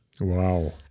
Wow